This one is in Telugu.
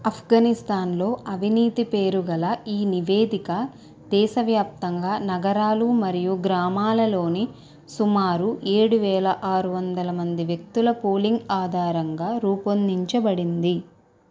ఆఫ్ఘనిస్తాన్లో అవినీతి పేరు గల ఈ నివేదిక దేశ వ్యాప్తంగా నగరాలు మరియు గ్రామాలలోని సుమారు ఏడు వేల ఆరు వందల మంది వ్యక్తుల పోలింగ్ ఆధారంగా రూపొందించబడింది